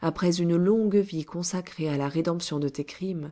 après une longue vie consacrée à la rédemption de tes crimes